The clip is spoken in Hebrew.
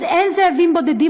אז אין זאבים בודדים,